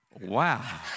wow